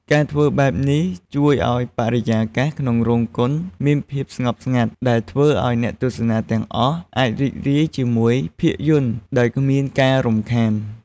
ការធ្វើបែបនេះ ជួយឲ្យបរិយាកាសក្នុងរោងកុនមានភាពស្ងប់ស្ងាត់ ដែលធ្វើឲ្យអ្នកទស្សនាទាំងអស់អាចរីករាយជាមួយភាពយន្តដោយគ្មានការរំខាន។